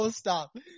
stop